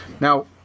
Now